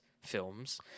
films